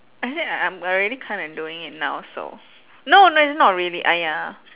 I said I I'm already kind of doing it now so no no it's not really !aiya!